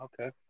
okay